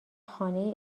خانه